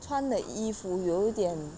穿的衣服有点